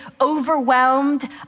overwhelmed